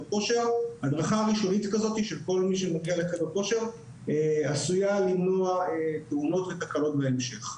הדרכה ראשונית כזאת ההערכה היא שהיא תוכל למנוע תאונות ותקלות בהמשך.